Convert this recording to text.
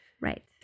Right